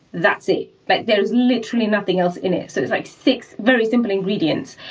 that's it. but there's literally nothing else in it. so it's like six very simple ingredients.